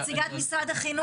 נציגת משרד החינוך?